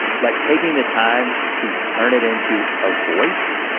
like taking the time to turn it into a voice.